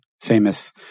famous